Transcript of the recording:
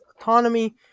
autonomy